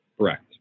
Correct